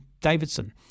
Davidson